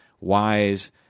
wise